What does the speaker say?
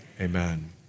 Amen